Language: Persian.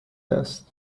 است